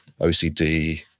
OCD